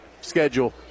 schedule